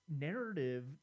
narrative